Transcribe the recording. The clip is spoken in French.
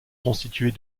constitués